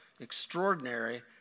extraordinary